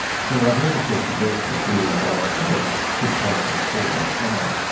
so i've never thought the virtue theory by itself could take us all that far.